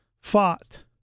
fought